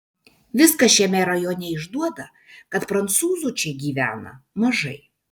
viskas šiame rajone išduoda kad prancūzų čia gyvena mažai